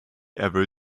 ever